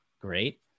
Great